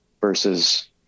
versus